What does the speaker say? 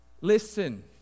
Listen